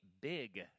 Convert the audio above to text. big